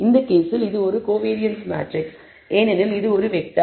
இந்த கேஸில் இது ஒரு கோவாரன்ஸ் மேட்ரிக்ஸ் ஏனெனில் இது ஒரு வெக்டார்